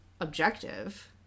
objective